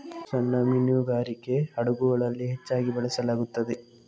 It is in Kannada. ಸಣ್ಣ ಮೀನುಗಾರಿಕೆ ಹಡಗುಗಳಲ್ಲಿ ಹೆಚ್ಚಾಗಿ ಬಳಸಲಾಗುತ್ತದೆ